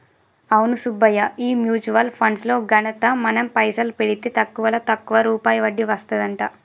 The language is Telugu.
అవును సుబ్బయ్య ఈ మ్యూచువల్ ఫండ్స్ లో ఘనత మనం పైసలు పెడితే తక్కువలో తక్కువ రూపాయి వడ్డీ వస్తదంట